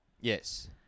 Yes